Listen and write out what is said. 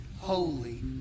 holy